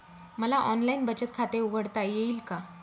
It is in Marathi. मला ऑनलाइन बचत खाते उघडता येईल का?